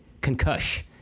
concussion